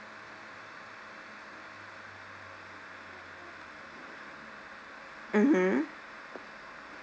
mmhmm